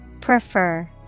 Prefer